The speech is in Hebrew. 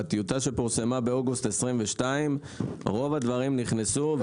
בטיוטה שפורסמה באוגוסט 2022 רוב הדברים נכנסו.